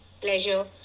pleasure